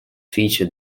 feature